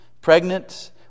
pregnant